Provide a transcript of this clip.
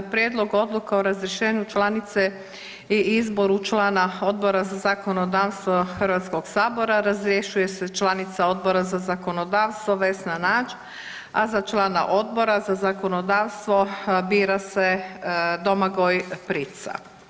Prijedlog odluke o razrješenju članice i izboru člana Odbora za zakonodavstvo HS, razrješuje se članica Odbora za zakonodavstvo Vesna Nađ, a za člana Odbora za zakonodavstvo bira se Domagoj Prica.